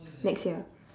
next year